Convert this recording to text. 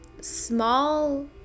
small